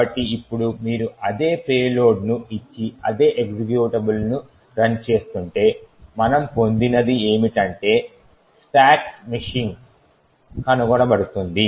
కాబట్టి ఇప్పుడు మీరు అదే పేలోడ్ను ఇచ్చి అదే ఎక్జిక్యూటబుల్ను రన్ చేస్తుంటే మనము పొందినది ఏమిటంటే స్టాక్స్ మెషిన్ కనుగొనబడుతుంది